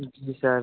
जी sir